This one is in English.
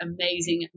amazing